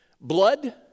blood